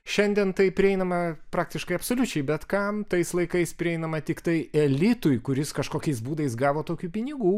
šiandien tai prieinama praktiškai absoliučiai bet kam tais laikais prieinama tiktai elitui kuris kažkokiais būdais gavo tokių pinigų